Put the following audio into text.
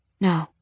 No